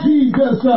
Jesus